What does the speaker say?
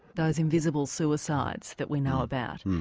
those invisible suicides that we know about?